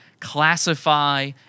classify